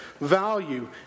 value